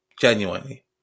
Genuinely